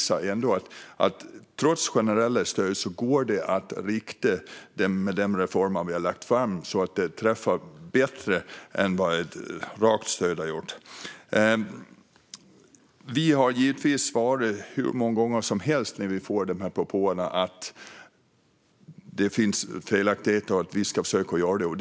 Detta visar att det, med de reformer vi har lagt fram, går att rikta generella stöd så att de träffar bättre än vad ett rakt stöd hade gjort. När vi fått dessa propåer har vi givetvis svarat hur många gånger som helst att det finns felaktigheter och att vi ska försöka att rätta till dem.